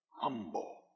humble